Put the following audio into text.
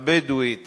הבדואית,